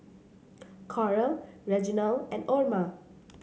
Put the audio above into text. Coral Reginal and Orma